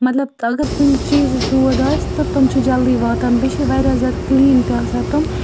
مطلب تہٕ اگر کُنہِ چیٖزَس دود آسہِ تہٕ تِم چھِ جلدی واتان بیٚیہِ چھِ یہِ واریاہ زیادٕ کٕلیٖن تہِ آسان تِم